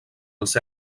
els